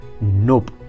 Nope